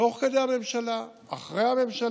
תוך כדי הממשלה, אחרי הממשלה,